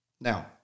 Now